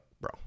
bro